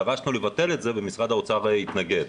דרשנו לבטל את זה ומשרד האוצר התנגד.